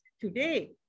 Today